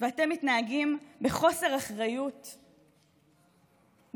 ואתם מתנהגים בחוסר אחריות משווע.